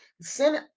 Sin